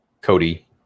Cody